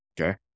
Okay